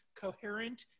coherent